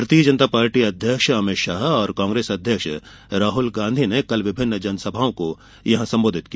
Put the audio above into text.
भारतीय जनता पार्टी अध्यक्ष अमित शाह और कांग्रेस अध्यक्ष राहुल गांधी ने कल जनसभाओं को संबोधित किया